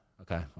okay